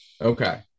Okay